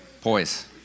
Poise